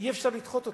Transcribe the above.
אי-אפשר לדחות אותה,